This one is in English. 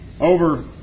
over